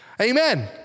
Amen